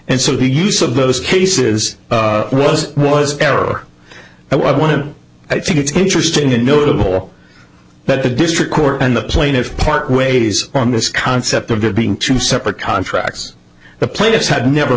and so the use of those cases was was error i want to i think it's interesting and notable that the district court and the plaintiffs parkways on this concept of it being two separate contracts the plaintiffs had never